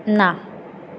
ना